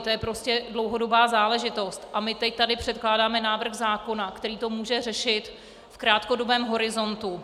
To je prostě dlouhodobá záležitost a my teď tady předkládáme návrh zákona, který to může řešit v krátkodobém horizontu.